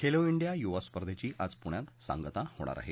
Khelo India युवा स्पर्धेची आज पुण्यात सांगता होणार आहे